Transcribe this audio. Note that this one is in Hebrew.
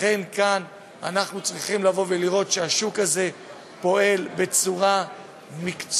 לכן כאן אנחנו צריכים לבוא ולראות שהשוק הזה פועל בצורה מקצועית,